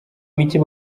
micye